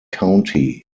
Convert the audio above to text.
county